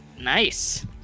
Nice